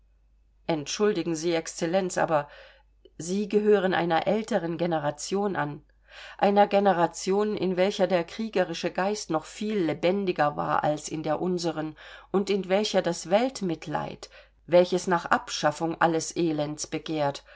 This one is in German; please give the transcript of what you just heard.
entschuldigen sie excellenz aber sie gehören einer älteren generation an einer generation in welcher der kriegerische geist noch viel lebendiger war als in der unseren und in welcher das weltmitleid welches nach abschaffung alles elends begehrt